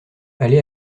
aller